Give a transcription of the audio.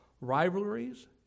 rivalries